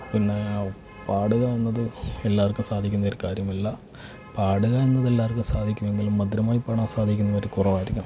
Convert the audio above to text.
പിന്നെ പാടുക എന്നത് എല്ലാവർക്കും സാധിക്കുന്ന ഒരു കാര്യമല്ല പാടുക എന്നത് എല്ലാവർക്കും സാധിക്കുമെങ്കിലും മധുരമായി പാടാൻ സാധിക്കുന്നവർ കുറവായിരിക്കും